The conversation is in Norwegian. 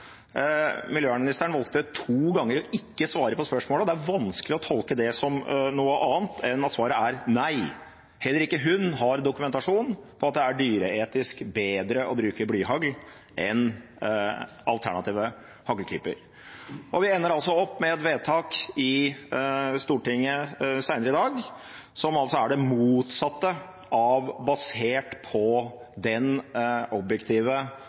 svare på spørsmålet, og det er vanskelig å tolke det som noe annet enn at svaret er nei. Heller ikke hun har dokumentasjon for at det er dyreetisk bedre å bruke blyhagl enn alternative hagltyper. Vi ender altså opp med et vedtak i Stortinget senere i dag som er det motsatte av å være basert på den